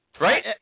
Right